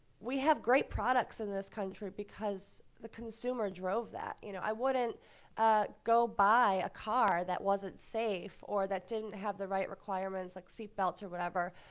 we have great products in this country because the consumer drove that. you know, i wouldn't go buy a car that wasn't safe or that didn't have the right requirements like seatbelts or whatever.